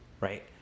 right